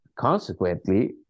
Consequently